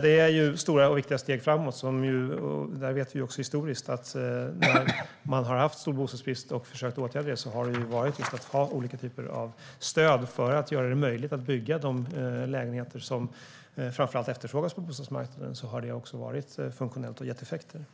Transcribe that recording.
Det är alltså stora och viktiga steg framåt, och vi vet också historiskt att när man har haft stor bostadsbrist och försökt åtgärda det med olika typer av stöd för att göra det möjligt att bygga de lägenheter som framför allt efterfrågas på bostadsmarknaden så har det också varit funktionellt och gett effekter.